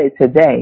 today